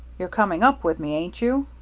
you're coming up with me, ain't you?